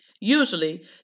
usually